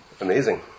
Amazing